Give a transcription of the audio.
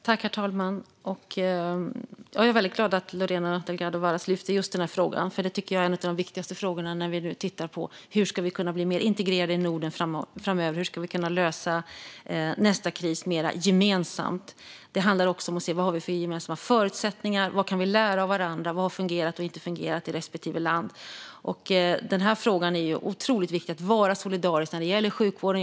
Herr talman! Jag är väldigt glad att Lorena Delgado Varas lyfte upp just den här frågan. När vi tittar på hur vi framöver ska kunna bli mer integrerade i Norden och hur vi ska kunna lösa nästa kris mer gemensamt ser vi att det är en av de viktigaste frågorna. Det handlar också om att titta på vilka gemensamma förutsättningar vi har och på vad vi kan lära av varandra och av vad som har fungerat och inte fungerat i respektive land. Det är otroligt viktigt att vara solidarisk när det gäller sjukvården.